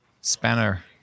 Spanner